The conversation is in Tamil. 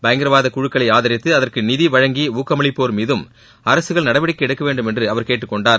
பயங்கரவாத குழுக்களை ஆதரித்து அதற்கு நிதி வழங்கி ஊக்கமளிப்போர் மீதும் அரசுகள் நடவடிக்கை எடுக்க வேண்டும் என்று அவர் கேட்டுக் கொண்டார்